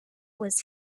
was